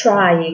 Try